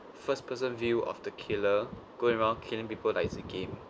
first person view of the killer go around killing people like it's a game